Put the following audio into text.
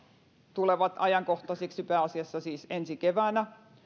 tulevat ajankohtaiseksi pääasiassa siis ensi keväänä